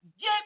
Get